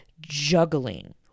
juggling